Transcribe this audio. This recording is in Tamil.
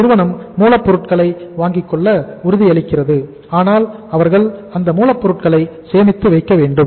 நிறுவனம் மூலபொருட்களை வாங்கிக்கொள்ள உறுதியளிக்கிறது ஆனால் அவர்கள் அந்த மூலபொருட்களை சேமித்து வைக்கவேண்டும்